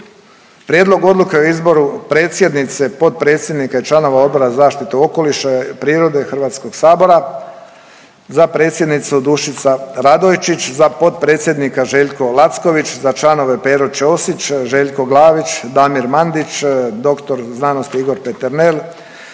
Prijedlog odluke o izboru predsjednice, potpredsjednika i članova Odbor za zaštitu okoliša i prirode HS-a, za predsjednicu Dušica Radojčić, za potpredsjednika ŽELJKO LACKOVIĆ, za članove Pero Ćosić, Željko Glavić, Damir Mandić, dr. sc. Igor Peternel,